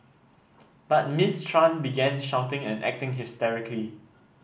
but Miss Tran began shouting and acting hysterically